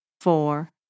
four